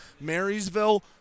Marysville